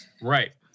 right